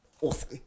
awesome